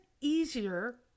easier